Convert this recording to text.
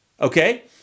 okay